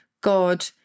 god